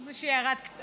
אז יש לי הערה קטנה.